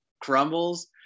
crumbles